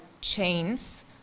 chains